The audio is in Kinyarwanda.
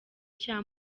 cya